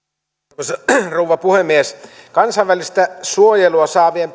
arvoisa rouva puhemies kansainvälistä suojelua saavien